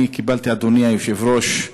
אני קיבלתי, אדוני היושב-ראש,